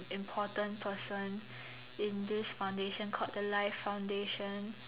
important person in this foundation called the Life Foundation